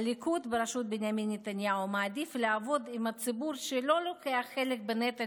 הליכוד בראשות בנימין נתניהו מעדיף לעבוד עם ציבור שלא לוקח חלק בנטל